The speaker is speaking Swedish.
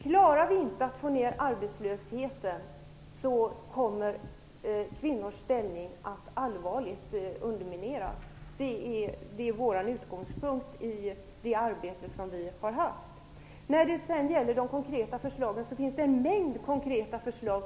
Om vi inte klarar att få ned arbetslösheten kommer kvinnors ställning att allvarligt undermineras. Det har varit utgångspunkten i vårt arbete. Det finns en mängd konkreta förslag.